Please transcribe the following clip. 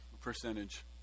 percentage